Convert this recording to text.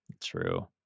True